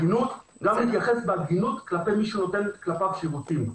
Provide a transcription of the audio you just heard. גם יתייחס בהגינות כלפי מי שנותן כלפיו שירותים.